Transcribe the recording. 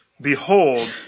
behold